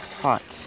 hot